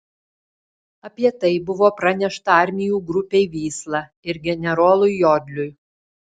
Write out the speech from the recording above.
apie tai buvo pranešta armijų grupei vysla ir generolui jodliui